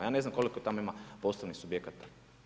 Ja ne znam, koliko tamo ima poslovnih subjekata.